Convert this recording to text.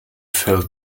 fell